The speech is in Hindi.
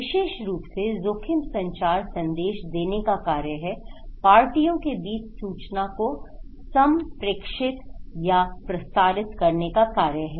विशेष रूप से जोखिम संचार संदेश देने का कार्य है पार्टियों के बीच सूचना को संप्रेषित या प्रसारित करने का कार्य है